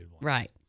Right